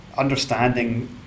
Understanding